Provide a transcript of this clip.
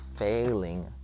Failing